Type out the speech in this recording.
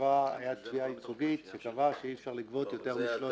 הייתה תביעה ייצוגית שקבעה שאי אפשר לגבות מ-13.80.